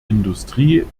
industrie